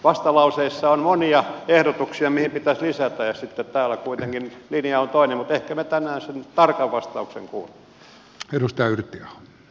vastalauseissa on monia ehdotuksia mihin pitäisi lisätä ja sitten täällä kuitenkin linja on toinen mutta ehkä me tänään sen tarkan vastauksen kuulemme